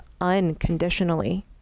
unconditionally